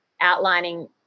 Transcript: outlining